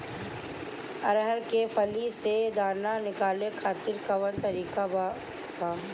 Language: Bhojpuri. अरहर के फली से दाना निकाले खातिर कवन तकनीक बा का?